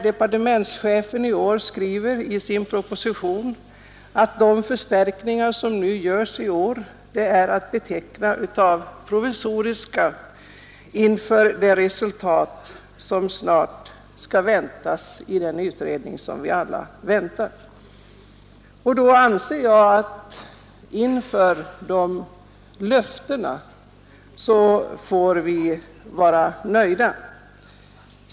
Departementschefen skriver i sin proposition att de förstärkningar av anslaget som föreslås i år är att beteckna som provisoriska i avvaktan på de förslag som kulturrådet snart kan väntas lägga fram. Med de löftena anser jag att vi får vara nöjda.